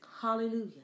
Hallelujah